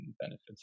benefits